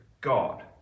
God